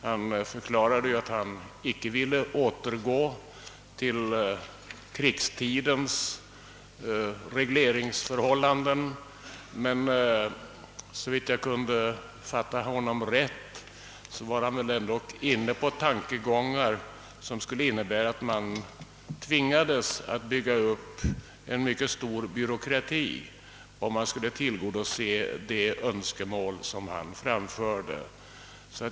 Han förklarade att han icke ville återgå till krigsårens regleringsförhållanden, men såvitt jag kunde fatta honom rätt var han väl ändock inne på tankegångar som skulle innebära att man tvingades bygga upp en mycket stor byråkrati, om man skulle tillgodose de önskemål han framförde.